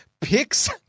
picks